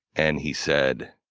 and he said,